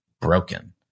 broken